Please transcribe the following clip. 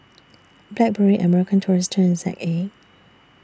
Blackberry American Tourister and A